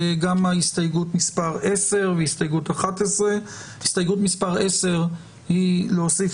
הסתייגות מספר 10 והסתייגות 11. הסתייגות מספר 10 היא להוסיף